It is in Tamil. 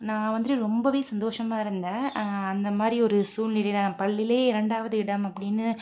நான் வந்துட்டு ரொம்பவே சந்தோசமாக இருந்தேன் அந்தமாதிரி ஒரு சூழ்நிலையில நான் பள்ளியிலயே இரண்டாவது இடம் அப்படினு